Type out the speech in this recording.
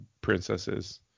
princesses